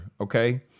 Okay